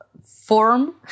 form